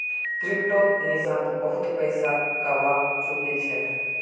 क्रिप्टोत निशांत बहुत पैसा गवा चुकील छ